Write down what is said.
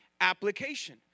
application